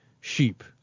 sheep